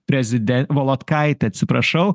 prezident volodkaitė atsiprašau